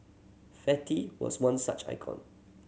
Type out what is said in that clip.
fatty was one such icon